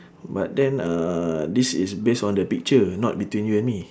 but then uh this is base on the picture not between you and me